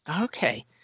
Okay